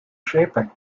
shaping